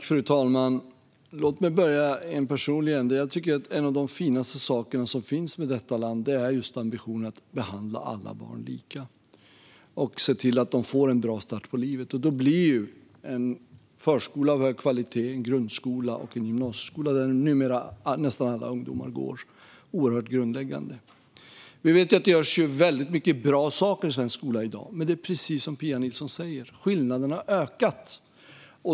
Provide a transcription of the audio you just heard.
Fru talman! Låt mig börja i en personlig ända. Jag tycker att en av de finaste saker som finns i detta land är just ambitionen att behandla alla barn lika och se till att de får en bra start i livet. Då blir en förskola, en grundskola och en gymnasieskola, där numera nästan alla ungdomar går, av hög kvalitet oerhört grundläggande. Vi vet att det görs väldigt mycket bra i svensk skola i dag. Men det är precis som Pia Nilsson säger: Skillnaderna har ökat.